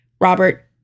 Robert